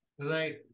Right